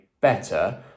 better